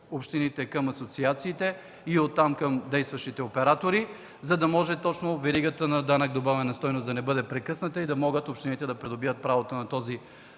общините към асоциациите и от там към действащите оператори, за да може точно веригата на данъка добавена стойност да не бъде прекъсната и да могат общините да придобият правото на този